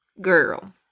girl